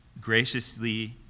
graciously